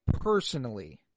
personally